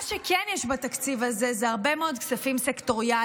מה שכן יש בתקציב הזה זה הרבה מאוד כספים סקטוריאליים,